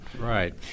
Right